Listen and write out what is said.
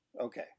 okay